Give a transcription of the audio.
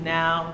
now